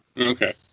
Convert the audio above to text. Okay